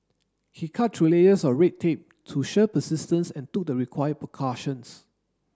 he cut through layers of red tape through sheer persistence and took the required precautions